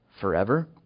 forever